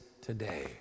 today